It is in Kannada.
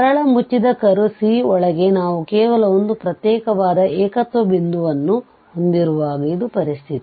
ಸರಳ ಮುಚ್ಚಿದ ಕರ್ವ್ C ಒಳಗೆ ನಾವು ಕೇವಲ ಒಂದು ಪ್ರತ್ಯೇಕವಾದ ಏಕತ್ವ ಬಿಂದುವನ್ನು ಹೊಂದಿರುವಾಗ ಇದು ಪರಿಸ್ಥಿತಿ